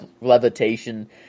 levitation